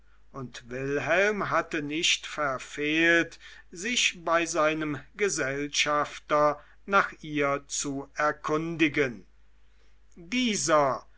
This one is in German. und wilhelm hatte nicht verfehlt sich bei seinem gesellschafter nach ihr zu erkundigen dieser